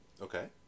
Okay